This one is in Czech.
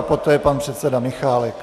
Poté pan předseda Michálek.